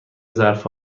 ظرف